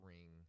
Ring